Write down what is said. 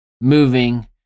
moving